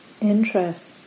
interest